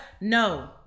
No